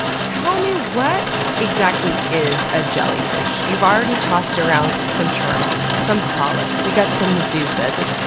tell me, what exactly is a jellyfish? you've already tossed around some terms. some polyps, we've got some medusas. like,